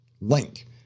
link